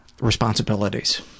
responsibilities